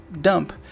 dump